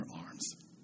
arms